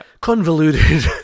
convoluted